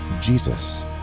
Jesus